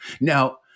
Now